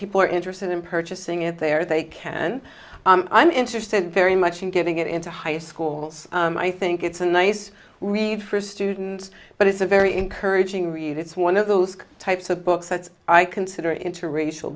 people are interested in purchasing it there they can i'm interested very much in getting it into high schools i think it's a nice read for students but it's a very encouraging read it's one of those types of books that i consider a interracial